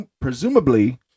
presumably